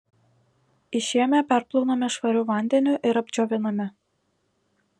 išėmę perplauname švariu vandeniu ir apdžioviname